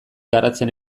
garatzen